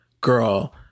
girl